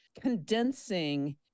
condensing